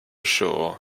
shore